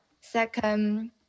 second